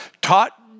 taught